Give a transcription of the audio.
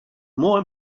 more